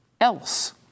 else